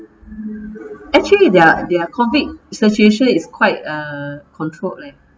actually their their COVID situation is quite uh controlled leh